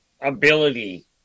ability